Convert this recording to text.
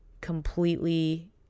completely